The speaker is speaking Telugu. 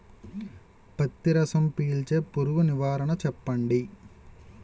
పత్తి రసం పీల్చే పురుగు నివారణ చెప్పండి?